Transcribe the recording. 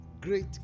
great